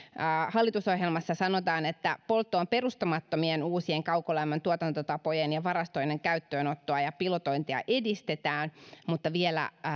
hallitusohjelmassa sanotaan että polttoon perustumattomien uusien kaukolämmön tuotantotapojen ja varastoinnin käyttöönottoa ja pilotointia edistetään mutta vielä